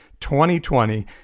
2020